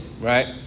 right